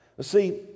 see